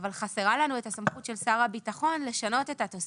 אבל חסרה לנו הסמכות של שר הביטחון לשנות את התוספת.